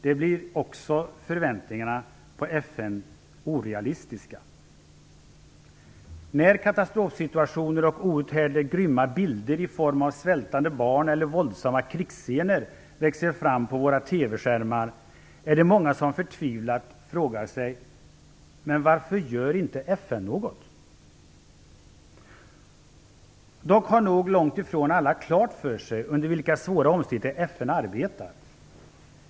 Därför blir också förväntningarna på FN orealistiska. När katastrofsituationer och outhärdligt grymma bilder i form av svältande barn eller våldsamma krigsscener växer fram på våra TV-skärmar är det många som förtvivlat frågar sig: Men varför gör inte FN något? Dock har nog långt ifrån alla klart för sig under vilka svåra omständigheter FN arbetar.